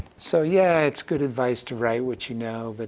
so yeah, it's good advice to write what you know, but